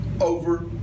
over